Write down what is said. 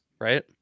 right